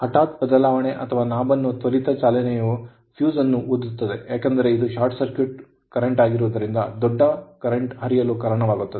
ಹಠಾತ್ ಬದಲಾವಣೆ ಅಥವಾ ನಾಬ್ ನ ತ್ವರಿತ ಚಲನೆಯು ಫ್ಯೂಸ್ ಅನ್ನು ಊದುತ್ತದೆ ಏಕೆಂದರೆ ಇದು ಶಾರ್ಟ್ ಸರ್ಕ್ಯೂಟ್ ಪ್ರವಾಹವಾಗಿರುವುದರಿಂದ ದೊಡ್ಡ ಪ್ರವಾಹವನ್ನು ಹರಿಯಲು ಕಾರಣವಾಗುತ್ತದೆ